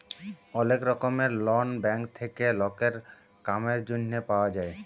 ওলেক রকমের loan bank থেক্যে লকের কামের জনহে পাওয়া যায়